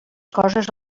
coses